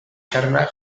txarrenak